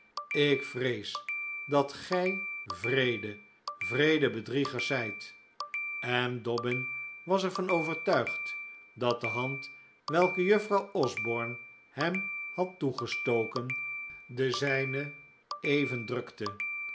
ik vrees dat gij wreede wreede bedriegers zijt en dobbin was er van overtuigd dat de hand welke juffrouw osborne hem had toegestoken de zijne even drukte